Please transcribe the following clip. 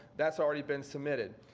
that's already been submitted.